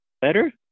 Better